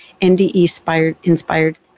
NDE-inspired